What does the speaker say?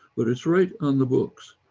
but it's right on the books.